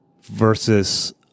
versus